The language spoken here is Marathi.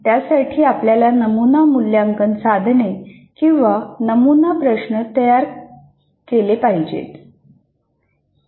त्यासाठी आपल्याला नमुना मूल्यांकन साधने किंवा नमुना प्रश्न तयार केले पाहिजेत